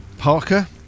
Parker